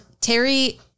Terry